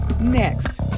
next